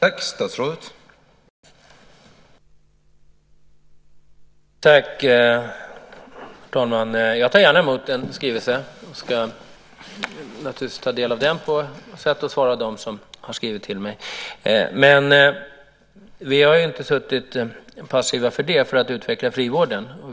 Herr talman! Jag tar gärna emot skrivelsen. Naturligtvis tar jag gärna del av den. Jag ska också svara dem som har skrivit till mig. Men för den skull har vi inte suttit passiva när det gäller att utveckla frivården.